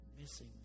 missing